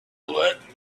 let